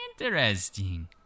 Interesting